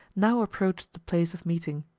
now approached the place of meeting.